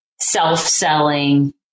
self-selling